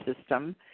system